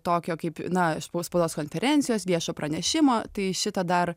tokio kaip na iš po spaudos konferencijos viešo pranešimo tai šitą dar